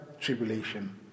tribulation